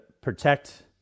protect